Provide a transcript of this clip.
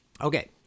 Okay